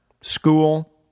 School